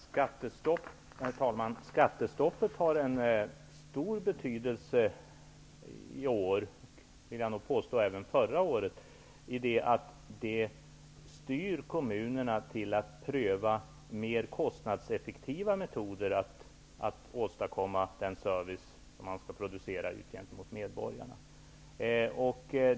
Herr talman! Skattestoppet har en stor betydelse i år och hade det även förra året genom att det styr kommunerna till att pröva mer kostnadseffektiva metoder för att åstadkomma den service som man skall erbjuda medborgarna.